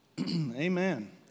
amen